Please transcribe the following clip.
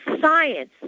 science